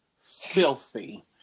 filthy